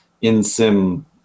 in-sim